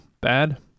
bad